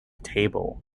table